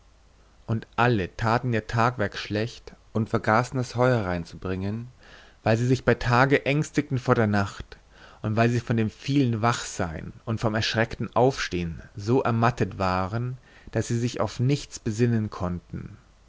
und alle taten ihr tagwerk schlecht und vergaßen das heu hereinzubringen weil sie sich bei tage ängstigten vor der nacht und weil sie vom vielen wachsein und vom erschreckten aufstehen so er mattet waren daß sie sich auf nichts besinnen konnten